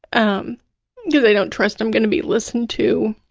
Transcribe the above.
um because i don't trust i'm going to be listened to.